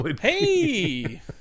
Hey